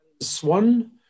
Swan